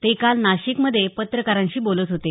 ते काल नाशिकमध्ये पत्रकारांशी बोलत होते